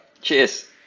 cheers